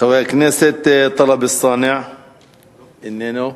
חבר הכנסת טלב אלסאנע, איננו,